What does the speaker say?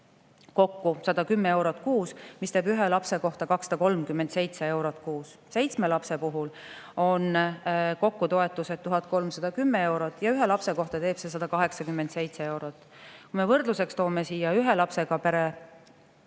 kokku [710] eurot kuus, mis teeb ühe lapse kohta 237 eurot kuus. Seitsme lapse puhul on kokku toetused 1310 eurot ja ühe lapse kohta teeb see 187 eurot. Võrdluseks toome siia, et ühe lapsega pere